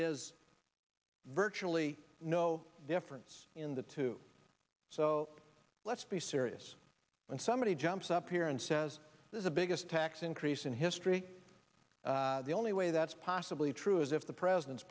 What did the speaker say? is virtually no difference in the two so let's be serious when somebody jumps up here and says there's a biggest tax increase in history the only way that's possibly true is if the president's